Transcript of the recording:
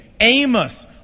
Amos